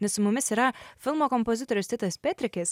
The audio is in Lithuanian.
nes su mumis yra filmo kompozitorius titas petrikis